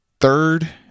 Third